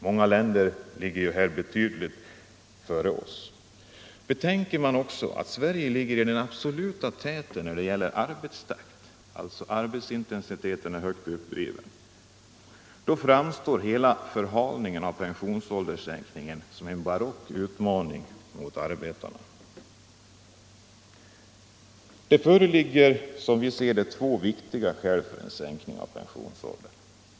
Många länder ligger här betydligt före oss. Betänker man också att Sverige ligger i den absoluta täten när det gäller arbetstakt framstår förhalningen av pensionsålderssänkningen som en barock utmaning mot arbetarna. Det föreligger, som vi ser det, två viktiga skäl för en sänkning av 49 pensionsåldern.